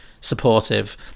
supportive